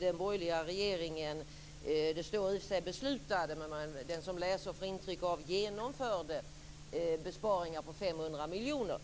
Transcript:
den borgerliga regeringen, det står i och för sig, beslutade men den som läser får intrycket av genomförde besparingar på 500 miljoner.